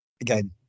again